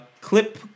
Clip